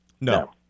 No